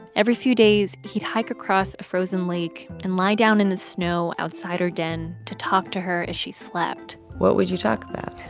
every few days, he'd hike across a frozen lake and lie down in the snow outside her den to talk to her as she slept what would you talk about?